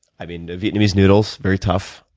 i mean vietnamese noodles very tough.